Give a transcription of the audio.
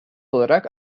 olarak